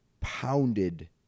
pounded